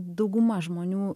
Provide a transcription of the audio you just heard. dauguma žmonių